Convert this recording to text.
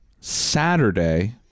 Saturday